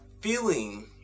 feeling